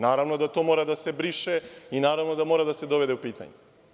Naravno da to mora da se briše i naravno da mora da se dovede u pitanje.